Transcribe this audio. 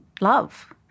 love